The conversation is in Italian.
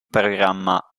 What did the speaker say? programma